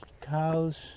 cows